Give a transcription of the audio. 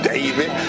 David